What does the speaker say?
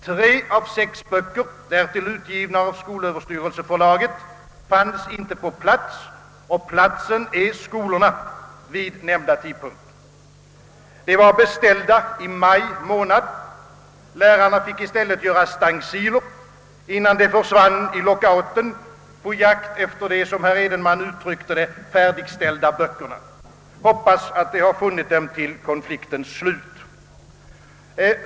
Tre av sex böcker, därtill utgivna av skolöverstyrelseförlaget, fanns inte på plats — och platsen är skolorna — vid nämnda tidpunkt. De var beställda i maj månad. Lärarna fick i stället göra stenciler, innan de försvann i lockouten på jakt efter de, som herr Edenman uttryckte det, färdigställda böckerna. Jag hoppas, att de har funnit dem före konfliktens slut.